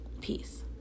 Peace